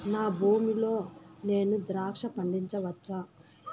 నా భూమి లో నేను ద్రాక్ష పండించవచ్చా?